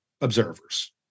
observers